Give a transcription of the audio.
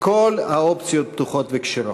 כל האופציות פתוחות וכשרות.